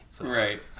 Right